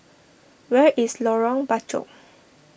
where is Lorong Bachok